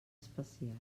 especial